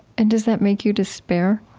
and does that make you despair?